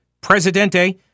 Presidente